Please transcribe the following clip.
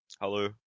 hello